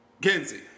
Kenzie